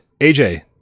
aj